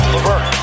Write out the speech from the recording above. Levert